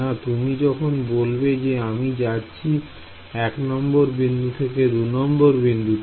না তুমি যখন বলবে যে আমি যাচ্ছি এক নম্বর বিন্দু থেকে দুনম্বর বিন্দুতে